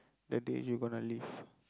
that day you gonna leave